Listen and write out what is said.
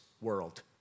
world